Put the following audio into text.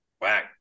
Whack